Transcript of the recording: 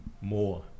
more